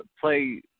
play